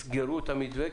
תסגרו את המתווה,